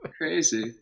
Crazy